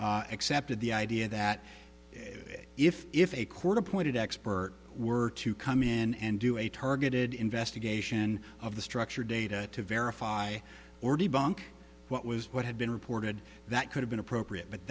accepted the idea that if if a court appointed expert were to come in and do a targeted investigation of the structured data to verify already bunk what was what had been reported that could have been appropriate but